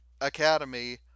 Academy